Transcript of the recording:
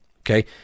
Okay